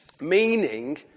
meaning